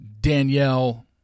Danielle